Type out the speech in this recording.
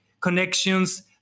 connections